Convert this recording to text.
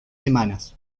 semanas